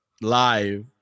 live